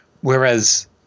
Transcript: Whereas